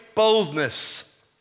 boldness